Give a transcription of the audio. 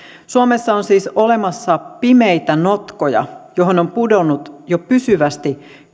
suomessa on siis olemassa pimeitä notkoja joihin on jo pudonnut pysyvästi